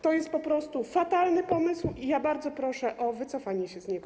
To jest po prostu fatalny pomysł i ja bardzo proszę o wycofanie się z niego.